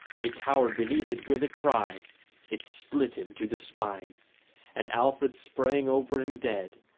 he cowered beneath it with a cry it split him to the spine and alfred sprang over him dead,